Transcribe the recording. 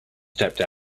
stepped